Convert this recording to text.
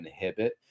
inhibit